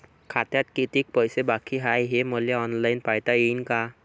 खात्यात कितीक पैसे बाकी हाय हे मले ऑनलाईन पायता येईन का?